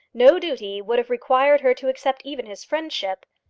no duty would have required her to accept even his friendship.